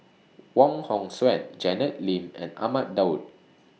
Wong Hong Suen Janet Lim and Ahmad Daud